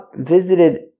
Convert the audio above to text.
visited